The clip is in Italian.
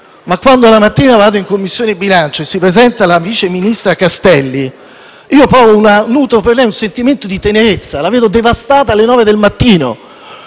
quando la mattina in Commissione bilancio si presenta il vice ministro Castelli, nutro per lei un sentimento di tenerezza, vedendola devastata alle 9 del mattino,